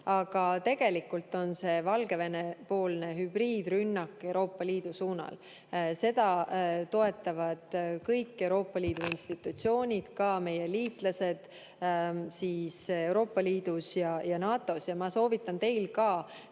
Aga tegelikult on see Valgevene hübriidrünnak Euroopa Liidu suunal. Seda [lähenemist] toetavad kõik Euroopa Liidu institutsioonid, ka meie liitlased Euroopa Liidus ja NATO-s. Ma soovitan teil